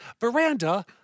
Veranda